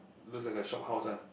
looks like a shop house [one]